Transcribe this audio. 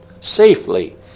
safely